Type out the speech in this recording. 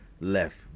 left